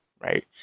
right